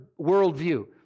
worldview